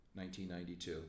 1992